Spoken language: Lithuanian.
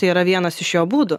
tai yra vienas iš jo būdų